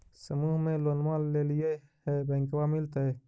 समुह मे लोनवा लेलिऐ है बैंकवा मिलतै?